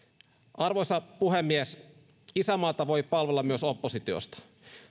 arvoisa puhemies isänmaata voi palvella myös oppositiosta